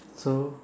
so